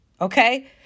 Okay